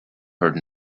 heard